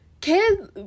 Kids